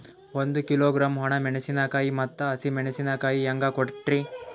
ಒಂದ ಕಿಲೋಗ್ರಾಂ, ಒಣ ಮೇಣಶೀಕಾಯಿ ಮತ್ತ ಹಸಿ ಮೇಣಶೀಕಾಯಿ ಹೆಂಗ ಕೊಟ್ರಿ?